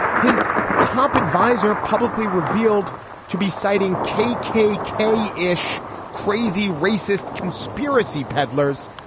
his top advisor publicly revealed to be citing k k k ish crazy racist conspiracy peddlers.